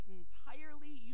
entirely